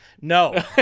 No